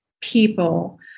people